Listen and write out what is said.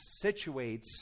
situates